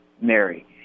Mary